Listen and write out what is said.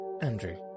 Andrew